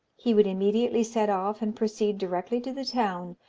he would immediately set off and proceed directly to the town,